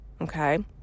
okay